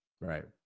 Right